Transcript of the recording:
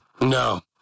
No